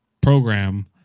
program